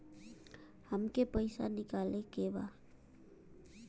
हमके पैसा निकाले के बा